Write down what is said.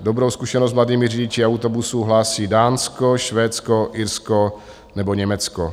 Dobrou zkušenost s mladými řidiči autobusů hlásí Dánsko, Švédsko, Irsko nebo Německo.